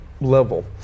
level